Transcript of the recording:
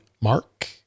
mark